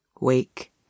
Wake